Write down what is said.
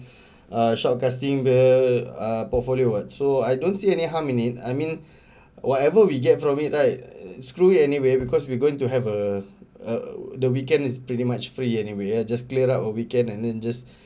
uh short casting the err portfolio ah so I don't see any harm in it I mean whatever we get from it right screw it anyway because we are going to have a uh the weekend is pretty much free anyway just clear up a weekend and then just